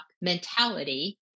mentality